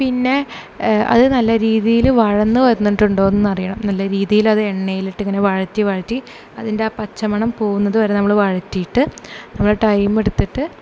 പിന്നെ അത് നല്ല രീതിയിൽ വഴന്ന് വന്നിട്ടുണ്ടോന്നറിയണം നല്ല രീതിലത് എണ്ണയിലിട്ട് ഇങ്ങനെ വഴറ്റി വഴറ്റി അതിൻ്റെ ആ പച്ചമണം പോകുന്നത് വരെ നമ്മൾ വഴറ്റീട്ട് നമ്മൾ ടൈമെടുത്തിട്ട്